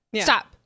Stop